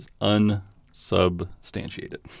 unsubstantiated